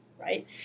right